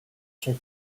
sont